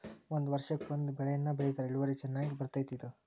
ಒಂದ ವರ್ಷಕ್ಕ ಒಂದ ಬೆಳೆಯನ್ನಾ ಬೆಳಿತಾರ ಇಳುವರಿ ಚನ್ನಾಗಿ ಬರ್ತೈತಿ ಇದು